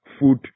food